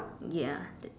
ya that